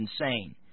insane